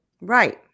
right